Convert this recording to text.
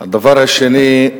הדבר השני,